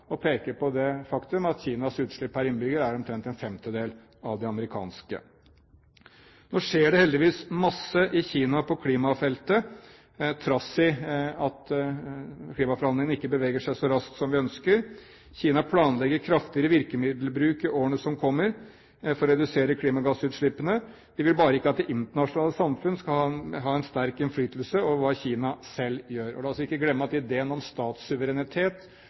og peker på det faktum at Kinas utslipp per innbygger er omtrent en femtedel av det amerikanske. Nå skjer det heldigvis en masse i Kina på klimafeltet, trass i at klimaforhandlingene ikke beveger seg så raskt som vi ønsker. Kina planlegger kraftigere virkemiddelbruk i årene som kommer for å redusere klimagassutslippene. De vil bare ikke at det internasjonale samfunn skal ha en sterk innflytelse over hva Kina selv gjør. La oss ikke glemme at ideen om statssuverenitet